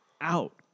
out